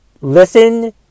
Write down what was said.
listen